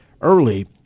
early